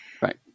Right